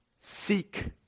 seek